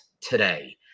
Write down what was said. today